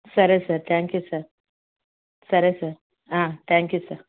సరే sir thank you sir సరే sir thank you sir